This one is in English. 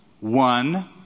one